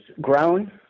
grown